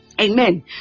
Amen